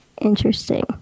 Interesting